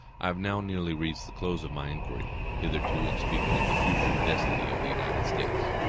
i have now nearly reached the close of my inquiry hitherto, in speaking of the future destiny of the united states,